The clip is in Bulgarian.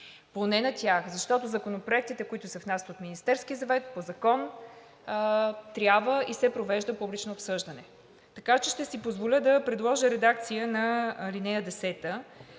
поне на тях. Защото по законопроектите, които се внасят от Министерския съвет, по закон трябва и се провежда публично обсъждане. Така че ще си позволя да предложа редакция на ал. 10,